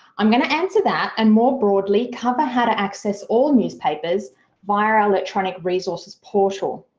i'm going to answer that and more broadly cover how to access all newspapers via our electronic resources portal.